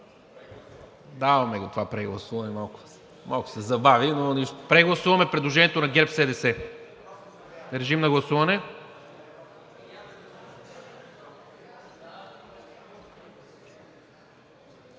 Прегласуваме предложението на ГЕРБ-СДС. Режим на гласуване.